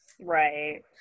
Right